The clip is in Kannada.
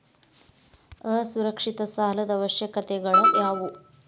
ಅಸುರಕ್ಷಿತ ಸಾಲದ ಅವಶ್ಯಕತೆಗಳ ಯಾವು